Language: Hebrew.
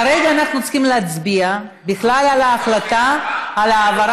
כרגע אנחנו צריכים להצביע בכלל על ההחלטה אם להעביר